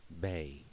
bay